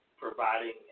providing